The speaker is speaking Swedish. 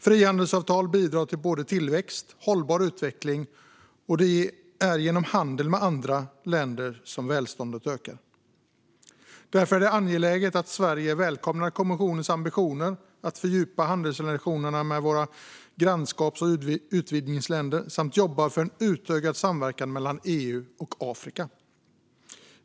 Frihandelsavtal bidrar till både tillväxt och hållbar utveckling, och det är genom handel med andra länder som välståndet ökar. Därför är det angeläget att Sverige välkomnar kommissionens ambitioner att fördjupa handelsrelationerna med våra grannskaps och utvidgningsländer och jobbar för en utökad samverkan mellan EU och Afrika.